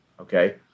Okay